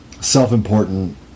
self-important